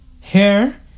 hair